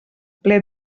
ple